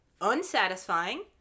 unsatisfying